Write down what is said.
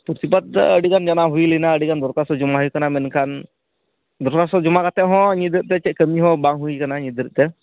ᱫᱚᱨᱠᱟᱛᱷᱚ ᱟᱹᱰᱤ ᱜᱟᱱ ᱡᱟᱱᱟᱣ ᱦᱩᱭᱞᱮᱱᱟ ᱟᱹᱰᱤ ᱜᱟᱱ ᱫᱚᱨᱠᱟᱛᱷᱚ ᱡᱚᱢᱟ ᱦᱩᱭᱟᱠᱟᱱᱟ ᱢᱮᱱᱠᱷᱟᱱ ᱫᱚᱨᱠᱷᱟᱛᱚ ᱡᱚᱢᱟ ᱠᱟᱛᱮᱫ ᱦᱚᱸ ᱱᱤᱛ ᱫᱷᱟᱹᱨᱤᱡ ᱛᱮ ᱪᱮᱫ ᱠᱟᱹᱢᱤ ᱦᱚᱸ ᱵᱟᱝ ᱦᱩᱭᱟᱠᱟᱱᱟ ᱱᱤᱛ ᱫᱷᱟᱹᱨᱤᱡ ᱛᱮ